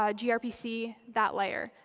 um grpc, that layer,